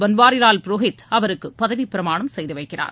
பன்வாரிலால் புரோஹித் அவருக்கு பதவிப் பிரமாணம் செய்து வைக்கிறார்